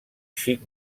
xic